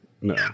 No